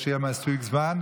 שיהיה מספיק זמן,